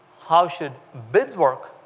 how should bids work